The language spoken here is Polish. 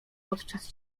podczas